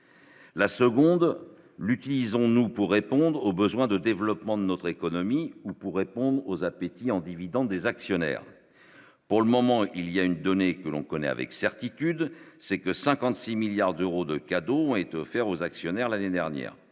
La seconde l'utilisons-nous pour répondre aux besoins de développement de notre économie ou pour répondre aux appétits en dividendes des actionnaires, pour le moment, il y a une donnée que l'on connaît avec certitude, c'est que 56 milliards d'euros de cadeaux ont été offerts aux actionnaires l'année dernière,